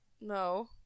no